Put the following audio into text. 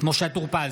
משה טור פז,